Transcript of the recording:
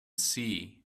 see